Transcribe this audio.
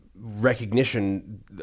recognition